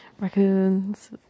raccoons